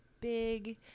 big